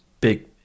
big